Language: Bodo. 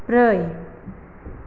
ब्रै